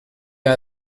are